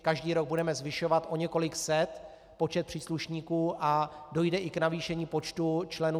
Každý rok budeme zvyšovat o několik set počet příslušníků a dojde i k navýšení počtu členů